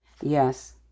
Yes